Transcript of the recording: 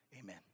Amen